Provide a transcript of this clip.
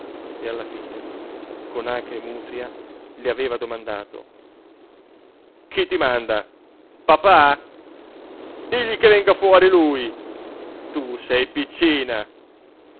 e alla fine con acre mutria le aveva domandato chi ti manda papà digli che venga fuori lui tu sei piccina